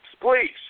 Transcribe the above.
please